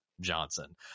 Johnson